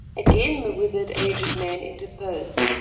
again the withered aged man interposed,